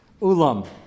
Ulam